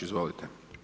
Izvolite.